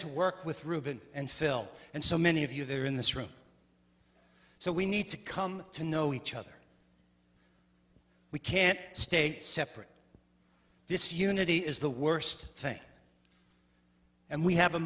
to work with ruben and phil and so many of you there in this room so we need to come to know each other we can't stay separate this unity is the worst thing and we have a